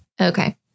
Okay